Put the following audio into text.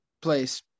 place